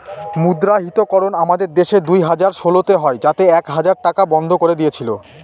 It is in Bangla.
মুদ্রাহিতকরণ আমাদের দেশে দুই হাজার ষোলোতে হয় যাতে এক হাজার টাকা বন্ধ করে দিয়েছিল